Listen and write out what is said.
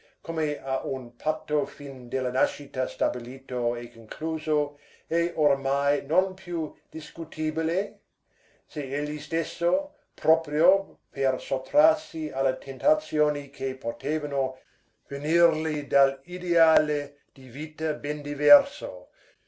come a un patto fin dalla nascita stabilito e concluso e ormai non più discutibile se egli stesso proprio per sottrarsi alle tentazioni che potevano venirgli dall'ideale di vita ben diverso